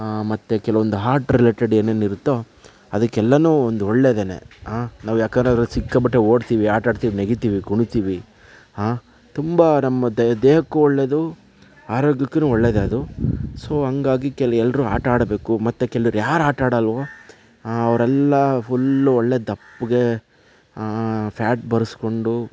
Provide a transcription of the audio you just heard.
ಮತ್ತೆ ಕೆಲವೊಂದು heart related ಏನೇನಿರುತ್ತೋ ಅದಕ್ಕೆಲ್ಲನೂ ಒಂದು ಒಳ್ಳೆದೇ ನಾವು ಯಾಕಂದರೆ ಸಿಕ್ಕಾಪಟ್ಟೆ ಓಡ್ತೀವಿ ಆಟಾಡ್ತೀವಿ ನೆಗೆತೀವಿ ಕುಣಿತೀವಿ ಹಾಂ ತುಂಬ ನಮ್ಮ ದೇಹಕ್ಕೂ ಒಳ್ಳೆಯದು ಆರೋಗ್ಯಕ್ಕೂ ಒಳ್ಳೆದೇ ಅದು ಸೊ ಹಾಗಾಗಿ ಕೆ ಎಲ್ಲರೂ ಆಟಾಡ್ಬೇಕು ಮತ್ತೆ ಕೆಲವರು ಯಾರು ಆಟಾಡಲ್ವೋ ಅವರೆಲ್ಲ ಫುಲ್ಲು ಒಳ್ಳೆ ದಪ್ಪಗೆ ಫ್ಯಾಟ್ ಬರುಸ್ಕೊಂಡು